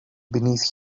beneath